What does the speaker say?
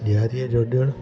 ॾियारीअ जो ॾिणु